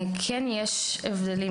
יש הבדלים